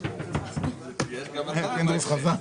יכולים לבדוק את זה ולהשיב תשובות.